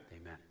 Amen